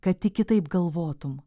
kad tik kitaip galvotum